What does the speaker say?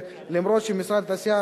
אף שלמשרד התעשייה,